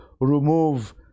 remove